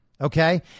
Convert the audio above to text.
Okay